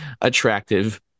attractive